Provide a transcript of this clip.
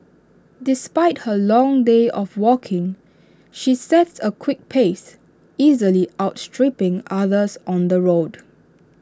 despite her long day of walking she sets A quick pace easily outstripping others on the road